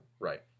Right